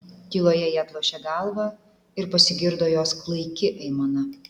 tyloje ji atlošė galvą ir pasigirdo jos klaiki aimana